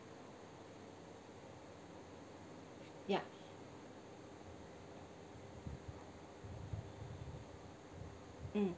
ya mm